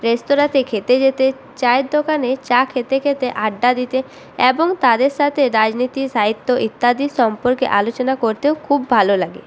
রেস্তোরাঁতে খেতে যেতে চায়ের দোকানে চা খেতে খেতে আড্ডা দিতে এবং তাদের সাথে রাজনীতি সাহিত্য ইত্যাদি সম্পর্কে আলোচনা করতেও খুব ভালো লাগে